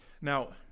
Now